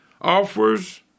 offers